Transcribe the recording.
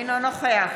אינו נוכח